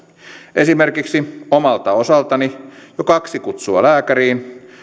esimerkiksi omalta osaltani jo kaksi kutsua lääkäriin